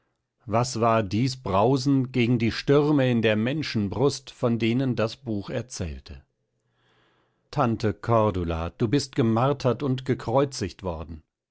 was war dies brausen gegen die stürme in der menschenbrust von denen das buch erzählte tante cordula du bist gemartert und gekreuzigt worden